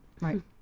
Right